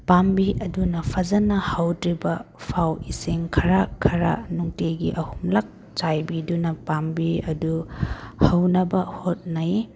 ꯄꯥꯝꯕꯤ ꯑꯗꯨꯅ ꯐꯖꯟꯅ ꯍꯧꯗ꯭ꯔꯤꯕ ꯐꯥꯎ ꯏꯁꯤꯡ ꯈꯔ ꯈꯔ ꯅꯨꯡꯇꯤꯒꯤ ꯑꯍꯨꯝꯂꯛ ꯆꯥꯏꯕꯤꯗꯨꯅ ꯄꯥꯝꯕꯤ ꯑꯗꯨ ꯍꯧꯅꯕ ꯍꯣꯠꯅꯩ